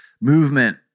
movement